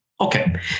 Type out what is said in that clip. okay